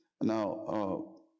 Now